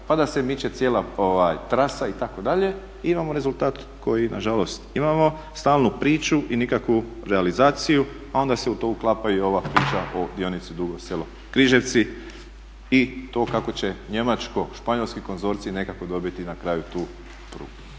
pa da se miče cijela trasa itd. I imamo rezultat koji nažalost imamo, stalnu priču i nikakvu realizaciju, a onda se u to uklapa i ova priča o dionici Dugo Selo-Križevci i to kako će njemačko-španjolski konzorcij nekako dobiti na kraju tu prugu.